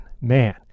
man